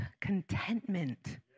contentment